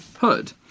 Hood